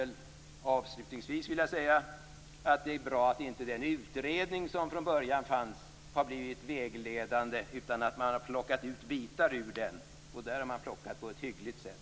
Avslutningsvis vill jag säga att det är bra att inte den utredning som från början fanns har blivit vägledande utan att man har plockat bitar ur den, vilket man har gjort på ett hyggligt sätt.